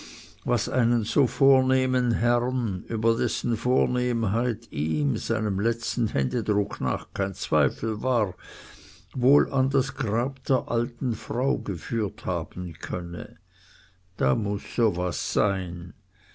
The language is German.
was einen so vornehmen herrn über dessen vornehmheit ihm seinem letzten händedruck nach kein zweifel war wohl an das grab der alten frau geführt haben könne das muß so was sein